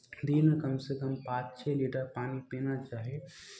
दिनमे कमसँ कम पाँच छओ लीटर पानि पीना चाही